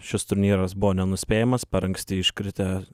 šis turnyras buvo nenuspėjamas per anksti iškritę